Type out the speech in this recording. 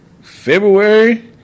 February